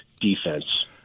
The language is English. defense